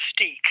Mystique